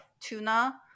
tuna